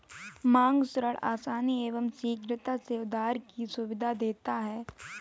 मांग ऋण आसानी एवं शीघ्रता से उधार की सुविधा देता है